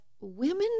women